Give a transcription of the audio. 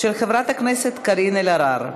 של חברת הכנסת קארין אלהרר.